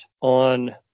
on